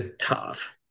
Tough